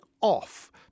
off